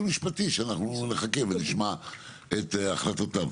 משפטי שאנחנו נחכה ונשמע את החלטותיו.